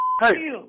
Hey